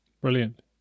Brilliant